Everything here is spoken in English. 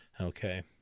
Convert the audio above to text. Okay